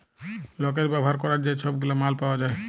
লকের ব্যাভার ক্যরার যে ছব গুলা মাল পাউয়া যায়